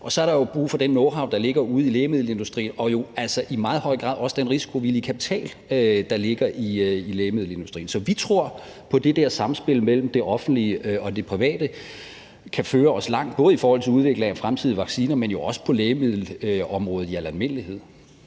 og så er der brug for den knowhow, der ligger ude i lægemiddelindustrien, og jo altså i meget høj grad også den risikovillige kapital, der ligger i lægemiddelindustrien. Så vi tror på, at det der sammenspil mellem det offentlige og det private kan føre os langt, både i forhold til udviklingen af fremtidige vacciner, men jo også på lægemiddelområdet i al almindelighed.